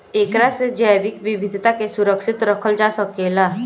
एकरा से जैविक विविधता के सुरक्षित रखल जा सकेला